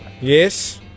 Yes